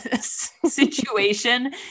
situation